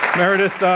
meredith, ah